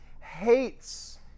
hates